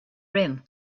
rim